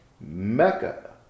Mecca